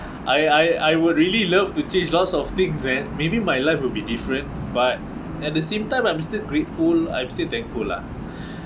I I I would really love to change lots of thing man maybe my life will be different but at the same time I'm still grateful I'm still thankful lah